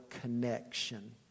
connection